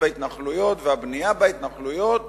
וההתיישבות בהתנחלויות והבנייה בהתנחלויות